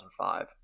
2005